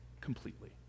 completely